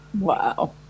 Wow